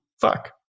fuck